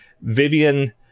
Vivian